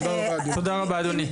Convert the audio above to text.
תודה רבה, אדוני.